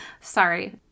Sorry